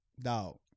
dog